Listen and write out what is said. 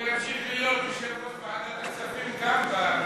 הוא ימשיך להיות יושב-ראש ועדת הכספים גם בממשלה.